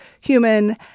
human